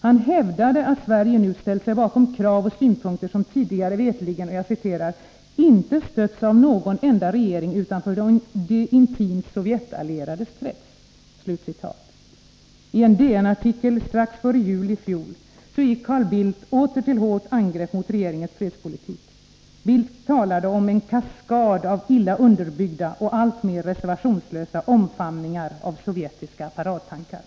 Han hävdade att Sverige nu ställt sig bakom krav och synpunkter som tidigare veterligen ”inte stötts av någon enda regering utanför de intimt Sovjetallierades krets”. I en DN-artikel strax före jul i fjol gick Carl Bildt åter till hårt angrepp mot regeringens fredspolitik. Bildt talade om en ”kaskad av illa underbyggda och alltmer reservationslösa omfamningar av sovjetiska paradtankar”.